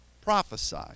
prophesy